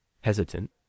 Hesitant